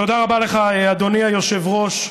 תודה רבה לך, אדוני היושב-ראש.